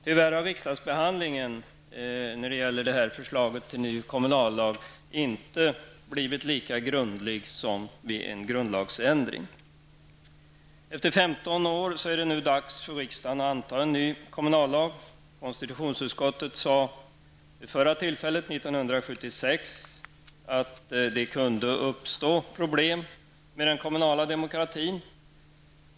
Tyvärr har riksdagsbehandlingen av förslaget till ny kommunallag inte blivit lika grundlig som vid en grundlagsändring. Efter 15 år är det nu dags för riksdagen att anta en ny kommunallag. Konstitutionsutskottet sade vid det förra tillfället år 1976 att det kunde uppstå problem med den kommunala demokratin.